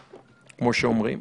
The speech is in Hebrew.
כמו שאומרים,